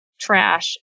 trash